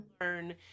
learn